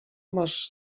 masz